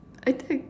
I think